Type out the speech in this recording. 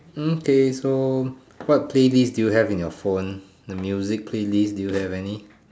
okay so what playlist do you have in your phone the music playlist do you have any